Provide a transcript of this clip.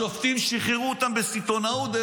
השופטים שחררו אותם בסיטונאות.